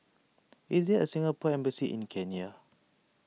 is there a Singapore Embassy in Kenya